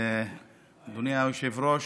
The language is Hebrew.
אדוני היושב-ראש,